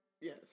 yes